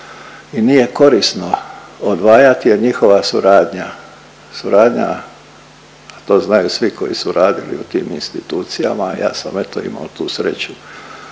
i nije korisno odvajati jer njihova suradnja, suradnja to znaju svi koji su radili u tim institucijama, a ja sam eto imao tu sreću